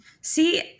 See